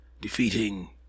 defeating